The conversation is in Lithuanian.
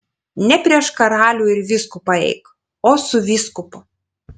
ne prieš karalių ir vyskupą eik o su vyskupu